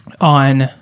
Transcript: on